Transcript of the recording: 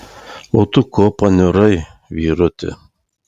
o tu ko paniurai vyruti